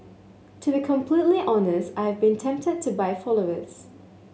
to be completely honest I have been tempted to buy followers